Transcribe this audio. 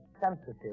sensitive